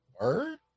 Word